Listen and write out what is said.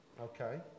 okay